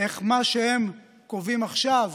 איך מה שהם קובעים עכשיו